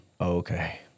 Okay